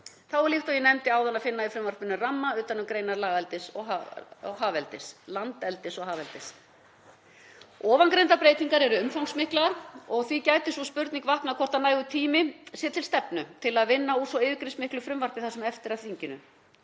Þá er líkt og ég nefndi áðan að finna í frumvarpinu ramma utan um greinar landeldis og hafeldis. Ofangreindar breytingar eru umfangsmiklar og gæti vaknað sú spurning hvort nægur tími sé til stefnu til þess að vinna úr svo yfirgripsmiklu frumvarpi það sem eftir er af þinginu.